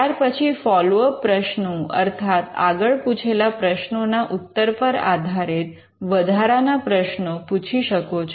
ત્યાર પછી follow up પ્રશ્નો અર્થાત આગળ પૂછેલા પ્રશ્નો ના ઉત્તર પર આધારિત વધારાના પ્રશ્નો પૂછી શકો છો